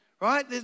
right